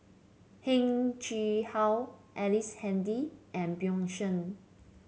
Heng Chee How Ellice Handy and Bjorn Shen